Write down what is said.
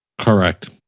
Correct